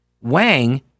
Wang